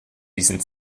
diesen